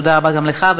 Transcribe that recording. תודה רבה גם לך.